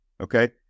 okay